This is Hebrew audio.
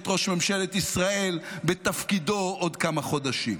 ראש ממשלת ישראל בתפקידו עוד כמה חודשים.